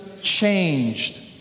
changed